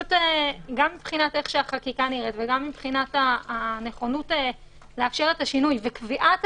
גם מבחינת איך שהחקיקה נראית וגם מבחינת הנכונות לאפשר את השינוי וקביעת